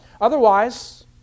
Otherwise